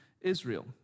Israel